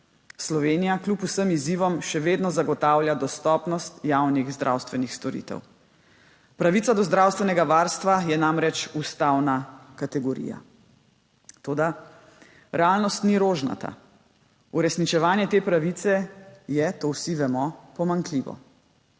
Slovenija, kljub vsem izzivom, še vedno zagotavlja dostopnost javnih zdravstvenih storitev. Pravica do zdravstvenega varstva je namreč ustavna kategorija. Toda realnost ni rožnata. Uresničevanje te pravice je, to vsi vemo, pomanjkljivo.